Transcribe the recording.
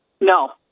No